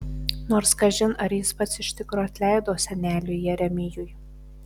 nors kažin ar jis pats iš tikro atleido seneliui jeremijui